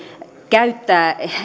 käyttää